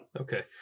Okay